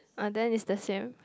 uh then is the same